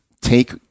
take